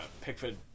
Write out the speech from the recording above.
Pickford